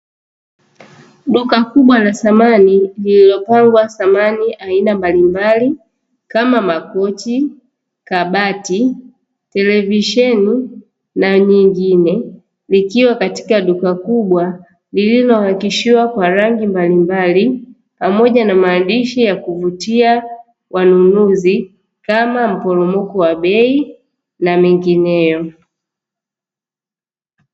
Duka kubwa la samani, lililopangwa samani aina mbalimbali kama makochi, kabati, televisheni na nyingine, vikiwa katika duka kubwa lililonakshiwa kwa rangi mbalimbali, pamoja na maandishi ya kuvutia wanunuzi, kama mporomoko wa bei na mengineyo.